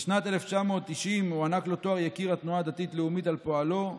בשנת 1990 הוענק לו תואר יקיר התנועה הדתית-לאומית על פועלו,